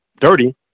dirty